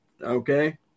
Okay